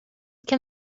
can